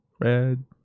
red